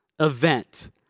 event